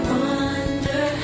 wonder